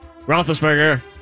Roethlisberger